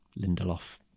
Lindelof